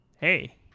hey